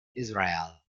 israel